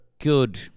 good